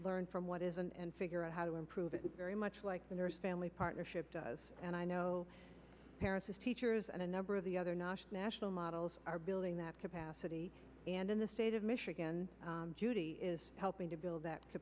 learn from what is and figure out how to improve it very much like the family partnership does and i know paris is teachers and a number of the other national models are building that capacity and in the state of michigan judy is helping to build that